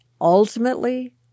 ultimately